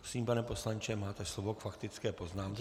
Prosím, pane poslanče, máte slovo k faktické poznámce.